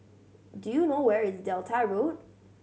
do you know where is Delta Road